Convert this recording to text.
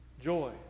joy